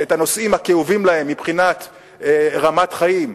את הנושאים הכואבים להם מבחינת רמת חיים,